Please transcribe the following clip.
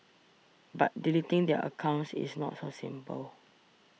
but deleting their accounts is not so simple